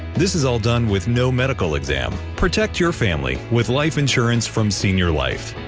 this is all done with no medical exam protect your family with life insurance from senior life.